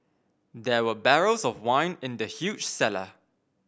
there were barrels of wine in the huge cellar